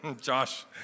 Josh